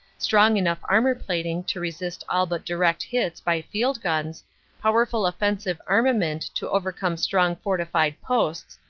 strong enough armor-plating to resist all but direct hits by field-guns, powerful offensive armament to overcome strong fortified posts,